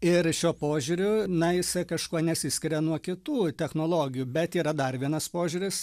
ir šiuo požiūriu na jisai kažkuo nesiskiria nuo kitų technologijų bet yra dar vienas požiūris